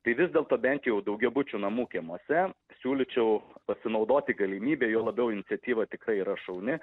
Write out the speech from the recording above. tai vis dėlto bent jau daugiabučių namų kiemuose siūlyčiau pasinaudoti galimybe juo labiau iniciatyva tikrai yra šauni